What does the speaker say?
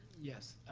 yes,